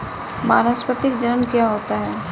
वानस्पतिक जनन क्या होता है?